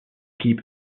keep